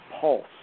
pulse